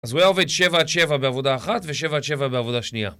אז הוא היה עובד שבע עד שבע בעבודה אחת ושבע עד שבע בעבודה שנייה.